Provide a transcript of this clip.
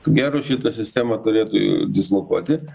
ko gero šitą sistemą turėtų dislokuoti